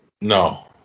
No